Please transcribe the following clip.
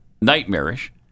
nightmarish